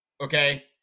Okay